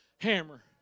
hammer